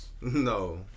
No